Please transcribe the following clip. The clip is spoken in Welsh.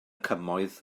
cymoedd